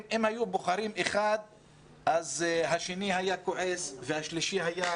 היו בוחרים אחד אז השני היה כועס והשלישי היה